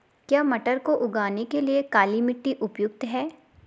क्या मटर को उगाने के लिए काली मिट्टी उपयुक्त है?